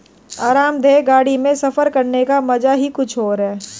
आरामदेह गाड़ी में सफर करने का मजा ही कुछ और है